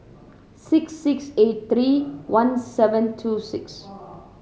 six six eight three one seven two six